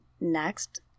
next